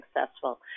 successful